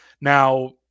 Now